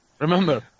Remember